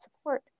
support